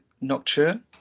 Nocturne